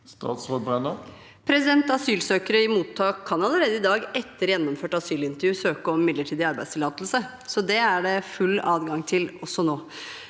Statsråd Tonje Brenna Asylsøkere i mottak kan allerede i dag, etter gjennomført asylintervju, søke om midlertidig arbeidstillatelse. Det er det altså full adgang til også nå.